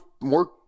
more